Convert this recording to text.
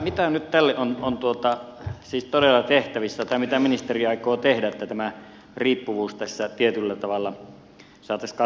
mitä nyt tälle on siis todella tehtävissä tai mitä ministeri aikoo tehdä että tämä riippuvuus tässä tietyllä tavalla saataisiin katkaistua